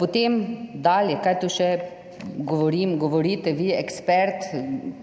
Potem dalje. Kaj tu še govorim, govorite vi, ekspert